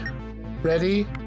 Ready